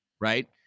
right